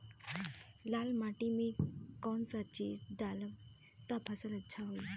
लाल माटी मे कौन चिज ढालाम त फासल अच्छा होई?